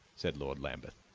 said lord lambeth.